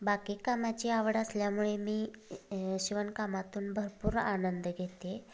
बाकी कामाची आवड असल्यामुळे मी शिवणकामातून भरपूर आनंद घेते